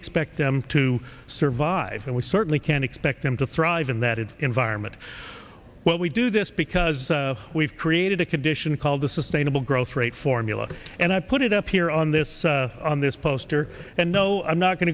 expect them to survive and we certainly can expect them to thrive in that it's environ it what we do this because we've created a condition called the sustainable growth rate formula and i put it up here on this on this poster and no i'm not going